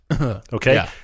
okay